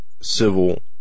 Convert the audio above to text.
civil